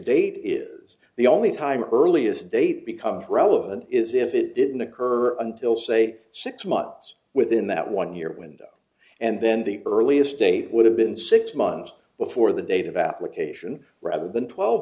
date is the only time earliest date becomes relevant is if it didn't occur until say six months within that one year window and then the earliest date would have been six months before the date of application rather than twelve